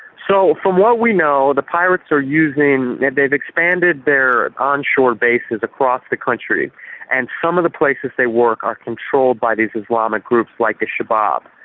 so, from what we know the pirates are using. they've expanded their onshore bases across the country and some of the places they work are controlled by these islamic groups like the shabaab.